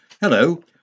Hello